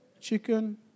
chicken